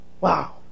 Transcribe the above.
Wow